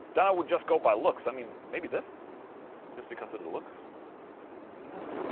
then i would just go by looks, i mean. maybe this just because of the looks who knows?